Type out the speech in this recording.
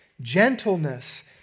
gentleness